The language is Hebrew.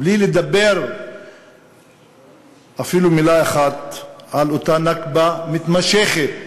בלי לדבר אפילו מילה אחת על אותה נכבה מתמשכת